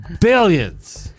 billions